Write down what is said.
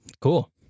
cool